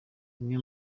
umwe